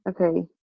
okay